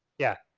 yeah,